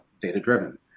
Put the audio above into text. data-driven